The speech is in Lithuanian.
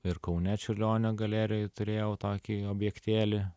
ir kaune čiurlionio galerijoj turėjau tokį objektėlį